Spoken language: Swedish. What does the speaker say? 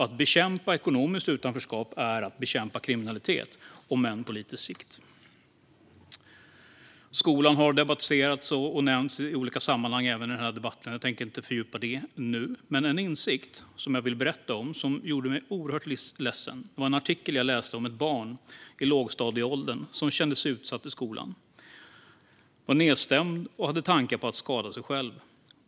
Att bekämpa ekonomiskt utanförskap är att bekämpa kriminalitet, om än på lite sikt. Skolan har debatterats och nämnts i olika sammanhang även i den här debatten. Jag tänker inte fördjupa mig i det ämnet nu. Men en insikt som jag vill berätta om och som gjorde mig oerhört ledsen var en artikel jag läste om ett barn i lågstadieåldern som kände sig utsatt i skolan. Barnet var nedstämt och hade tankar på att skada sig självt.